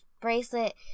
bracelet